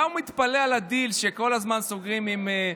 מה הוא מתפלא על הדיל שכל הזמן סוגרים עם,